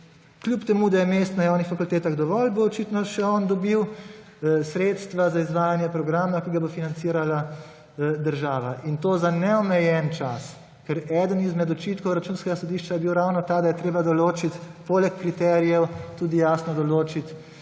kljub temu da je mest na javnih fakultetah dovolj, bo očitno še on dobil sredstva za izvajanje programa, ki ga bo financirala država; in to za neomejen čas. Ker eden izmed očitkov Računskega sodišča je bil ravno ta, da je treba določiti, poleg kriterijev tudi jasno določiti